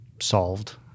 solved